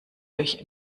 durch